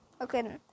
okay